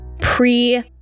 pre